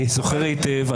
אני זוכר היטב.